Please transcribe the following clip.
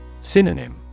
Synonym